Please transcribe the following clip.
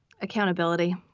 Accountability